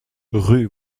rue